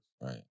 Right